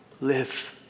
live